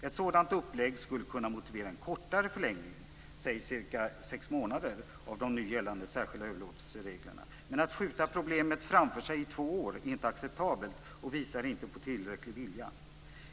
Ett sådant upplägg skulle kunna motivera en kortare förlängning, cirka sex månader, av de nu gällande särskilda överlåtelsereglerna. Men att skjuta problemet framför sig i två år är inte acceptabelt och visar inte på tillräcklig vilja.